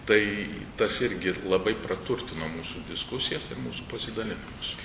tai tas irgi labai praturtino mūsų diskusijas ir mūsų pasidalinimus